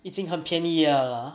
已经很便宜 lah